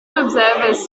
observers